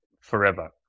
forever